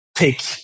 Take